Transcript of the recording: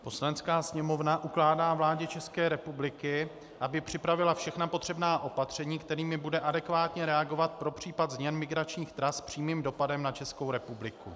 Poslanecká sněmovna ukládá vládě České republiky, aby připravila všechna potřebná opatření, kterými bude adekvátně reagovat pro případ změn migračních tras s přímým dopadem na Českou republiku.